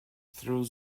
through